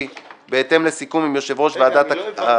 בהתאם לסיכום עם יושב-ראש ועדת --- רגע,